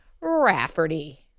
Rafferty